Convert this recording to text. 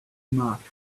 marked